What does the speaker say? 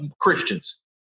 Christians